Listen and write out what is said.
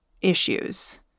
issues